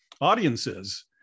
audiences